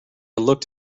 looked